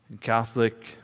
Catholic